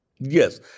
Yes